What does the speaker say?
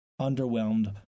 underwhelmed